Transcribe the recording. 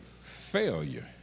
failure